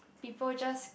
people just